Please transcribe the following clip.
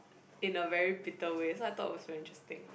in a very bitter way so I thought it was very interesting